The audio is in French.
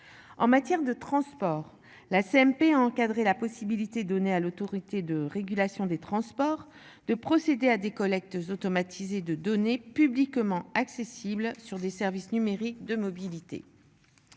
En matière de transport, la CMP encadrer la possibilité donnée à l'Autorité de régulation des transports de procéder à des collectes automatisé de données publiquement accessibles sur des services numériques de mobilité.